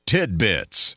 Tidbits